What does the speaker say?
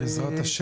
בוקר טוב,